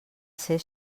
ser